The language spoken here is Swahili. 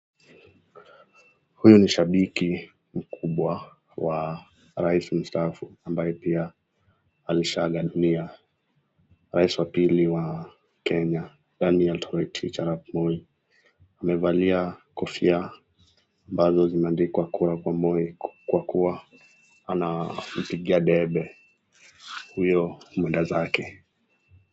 Huyu ni shabiki mkubwa Wa Raisi mstaafu ambaye pia alishaaga dunia, Raisi wa pili wa Kenya, Daniel Toroitich Arab Moi. Amevalia kofia ambazo zimeandikwa kura Kwa Moi Kwa kuwa anampigia debe huyo mwenda zake.